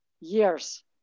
years